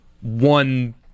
one